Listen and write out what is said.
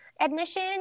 admission